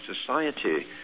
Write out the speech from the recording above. society